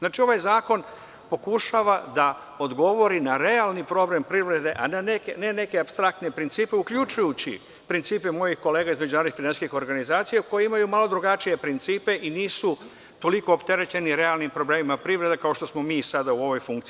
Dakle, ovaj zakon pokušava da odgovori na realni problem privrede, a ne na neke apstraktne principe, uključujući principe mojih kolega iz međunarodnih finansijskih organizacija, koji imaju malo drugačije principe i koji nisu toliko opterećeni realnim problemima privrede, kao što smo mi sada u ovoj funkciji.